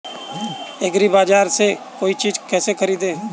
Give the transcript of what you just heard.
एग्रीबाजार से कोई चीज केसे खरीदें?